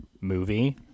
movie